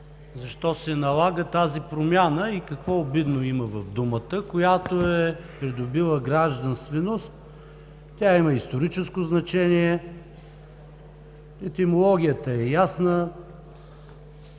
защо се налага тази промяна и какво обидно има в думата, която е придобила гражданственост. Тя има историческо значение, етимологията е ясна.